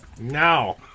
Now